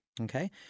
okay